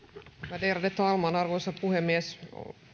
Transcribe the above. värderade talman arvoisa puhemies